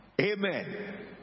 Amen